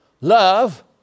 Love